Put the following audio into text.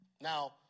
Now